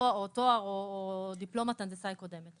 או דיפלומת הנדסאי קודמת.